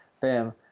bam